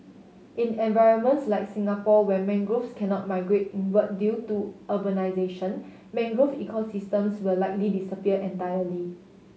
in environments like Singapore where mangroves cannot migrate inward due to urbanisation mangrove ecosystems will likely disappear entirely